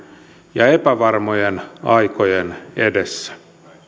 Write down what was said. ja epävarmojen aikojen edessä